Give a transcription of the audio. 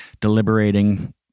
deliberating